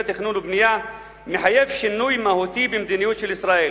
תכנון ובנייה מחייב שינוי מהותי במדיניות של ישראל.